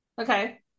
Okay